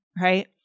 right